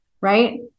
Right